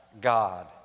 God